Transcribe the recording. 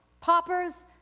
paupers